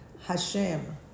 Hashem